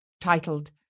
titled